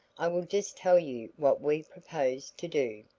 i will just tell you what we propose to do.